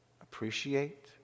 appreciate